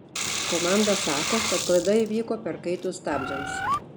komanda sako kad klaida įvyko perkaitus stabdžiams